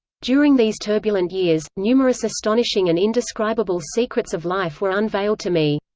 during these turbulent years, numerous astonishing and indescribable secrets of life were unveiled to me.